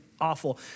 awful